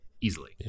easily